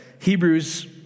Hebrews